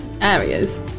areas